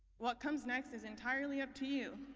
what comes next is entirely up to you,